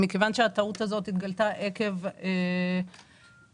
מכיוון שהטעות הזאת התגלתה עקב עדכון